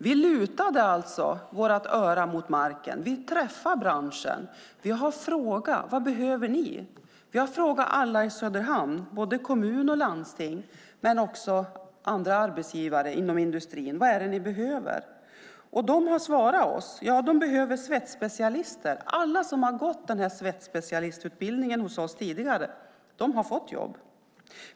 Vi lutade vårt öra mot marken och träffade branschen. Vi har frågat: Vad behöver ni? Vi har frågat alla i Söderhamn, kommun och landsting men också andra arbetsgivare: Vad är det ni behöver? De har svarat oss att de behöver svetsspecialister. Alla som har gått svetsspecialistutbildningen hos oss tidigare har fått jobb.